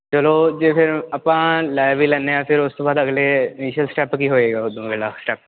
ਚਲੋ ਜੇ ਫਿਰ ਆਪਾਂ ਲੈ ਵੀ ਲੈਂਦੇ ਹਾਂ ਫਿਰ ਉਸ ਤੋਂ ਬਾਅਦ ਅਗਲੇ ਨੀਸ਼ਅਲੀ ਸਟੈਪ ਕੀ ਹੋਏਗਾ ਉਹਦਾ ਸਟੈਪ